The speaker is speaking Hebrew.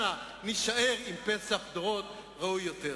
אנא, נישאר עם פסח דורות, ראוי יותר.